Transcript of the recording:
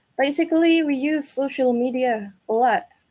basically we use social media a lot.